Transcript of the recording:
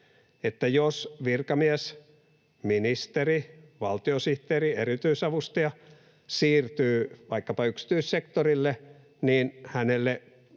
jos virkamies, ministeri, valtiosihteeri, erityisavustaja siirtyy vaikkapa yksityissektorille, niin hänelle